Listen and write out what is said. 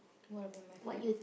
what about my friend